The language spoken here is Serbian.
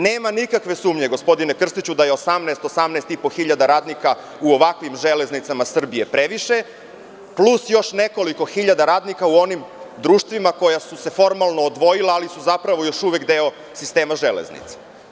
Nema nikakve sumnje, gospodine Krstiću, da je 18.500 radnika u ovakvim železnicama Srbije previše plus još nekoliko hiljada radnika u onim društvima koja su se formalno odvojila, a koja su zapravo još uvek deo sistema železnica.